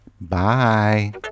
bye